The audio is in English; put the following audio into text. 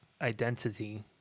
identity